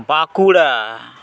Bankura